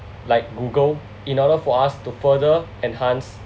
like Google in order for us to further enhance